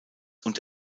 und